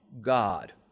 God